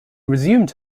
resumed